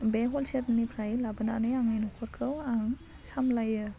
बे हलसेलनिफ्राय लाबोनानै आं आंनि न'खरखौ सामलायो